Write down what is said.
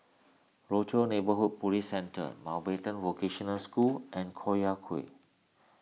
Rochor Neighborhood Police Centre Mountbatten Vocational School and Collyer Quay